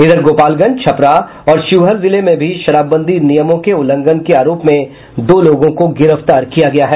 इधर गोपालगंज छपरा और शिवहर जिले में भी शराबबंदी नियमों के उल्लंघन के आरोप में दो लोगों को गिरफ्तार किया गया है